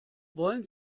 wollen